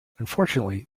unfortunately